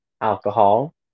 alcohol